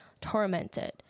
tormented